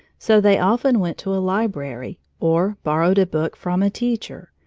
so they often went to a library, or borrowed a book from a teacher,